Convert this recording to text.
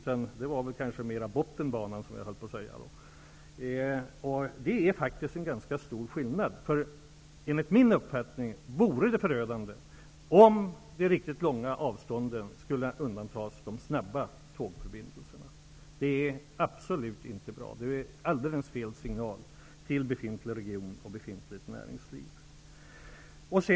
Jag höll på att säga att det mer var fråga om ''Bottenbanan''. Det är faktiskt en ganska stor skillnad. Enligt min uppfattning vore det förödande om de riktigt långa avstånden skulle undantas från de riktigt snabba tågförbindelserna. Det är absolut inte bra. Det är alldeles fel signal till regionen och befintligt näringsliv.